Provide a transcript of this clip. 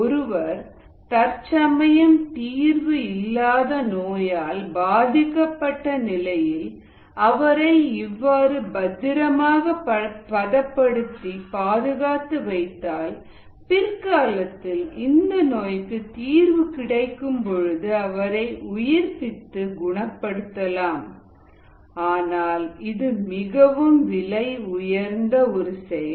ஒருவர் தற்சமயம் தீர்வு இல்லாத நோயால் பாதிக்கப்பட்ட நிலையில் அவரை இவ்வாறு பத்திரமாக பதப்படுத்தி பாதுகாத்து வைத்தால் பிற்காலத்தில் இந்த நோய்க்கு தீர்வு கிடைக்கும் பொழுது அவரை உயிர்பித்து குணப்படுத்தலாம் ஆனால் இது மிகவும் விலை உயர்ந்த ஒரு செயல்